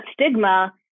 stigma